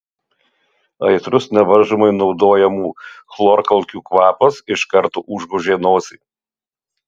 aitrus nevaržomai naudojamų chlorkalkių kvapas iš karto užgožė nosį